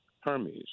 Hermes